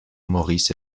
maurice